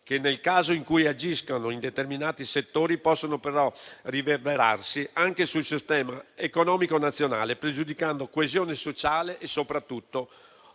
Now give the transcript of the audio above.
che nel caso in cui agiscano in determinati settori possono però riverberarsi anche sul sistema economico nazionale, pregiudicando coesione sociale e soprattutto